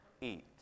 eat